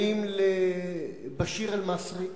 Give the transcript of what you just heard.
האם לבאשיר אל-מצרי,